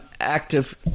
active